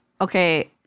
okay